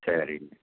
சரிங்க